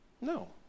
No